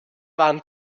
waren